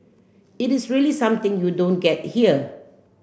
it is really something you don't get here